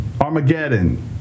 Armageddon